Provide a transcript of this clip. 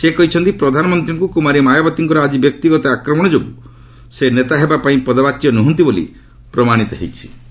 ସେ କହିଛନ୍ତି ପ୍ରଧାନମନ୍ତ୍ରୀଙ୍କୁ କୁମାରୀ ମାୟାବତୀଙ୍କର ଆଜି ବ୍ୟକ୍ତିଗତ ଆକ୍ରମଣ ଯୋଗୁଁ ସେ ନେତା ହେବା ପାଇଁ ପଦବାଚ୍ୟ ନୁହଁନ୍ତି ବୋଲି ପ୍ରମାଶିତ ହୋଇଯାଇଛି